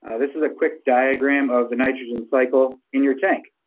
this is a quick diagram of the nitrogen cycle in your tank.